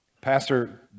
Pastor